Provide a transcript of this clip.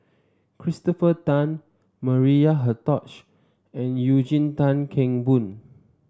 Christopher Tan Maria Hertogh and Eugene Tan Kheng Boon